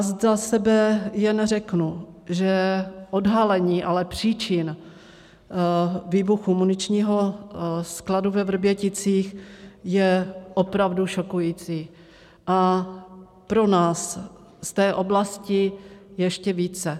Za sebe jen řeknu, že odhalení ale příčin výbuchu muničního skladu ve Vrběticích je opravdu šokující a pro nás v té oblasti ještě více.